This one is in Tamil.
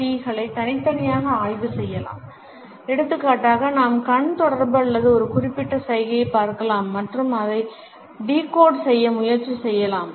சிகளை தனித்தனியாக ஆய்வு செய்யலாம் எடுத்துக்காட்டாக நாம் கண் தொடர்பு அல்லது ஒரு குறிப்பிட்ட சைகையைப் பார்க்கலாம் மற்றும் அதை டிகோட் செய்ய முயற்சி செய்யலாம்